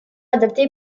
adopté